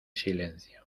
silencio